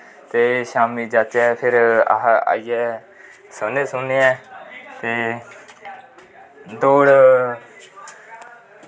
ते शाम्मी जाच्चै फिर अस आईयै सौनें ऐं ते दौड़